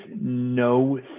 no